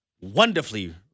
wonderfully